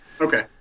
Okay